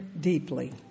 deeply